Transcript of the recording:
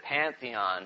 Pantheon